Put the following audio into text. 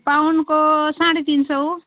पाउन्डको साढे तिन सौ